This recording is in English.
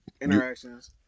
Interactions